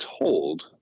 told